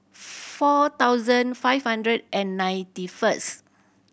four thousand five hundred and ninety first